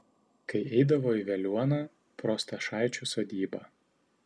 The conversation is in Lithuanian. kai eidavo į veliuoną pro stašaičių sodybą